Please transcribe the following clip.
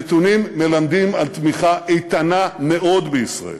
הנתונים מלמדים על תמיכה איתנה מאוד בישראל.